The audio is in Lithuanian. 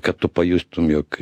kad tu pajustum jog